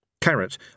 Carrot